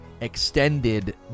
extended